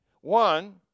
One